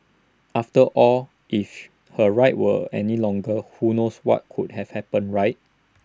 after all if her ride were any longer who knows what could have happened right